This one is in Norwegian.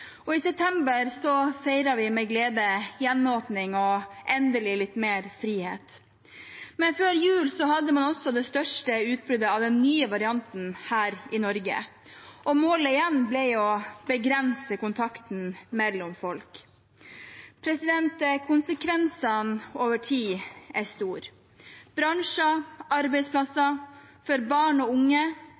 behov. I september feiret vi med glede gjenåpning og endelig litt mer frihet, men før jul hadde vi også det største utbruddet av den nye varianten her i Norge, og igjen ble målet å begrense kontakten mellom folk. Konsekvensene over tid er store, for bransjer, for arbeidsplasser og for barn og unge.